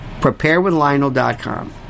Preparewithlionel.com